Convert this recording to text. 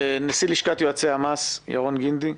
נשיא לשכת יועצי המס ירון גינדי,